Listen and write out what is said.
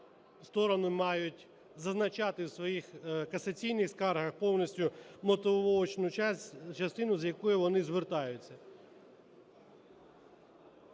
сторони мають зазначати в своїх касаційних скаргах повністю мотивувальну частину, з якою вони звертаються.